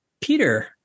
Peter